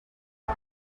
uyu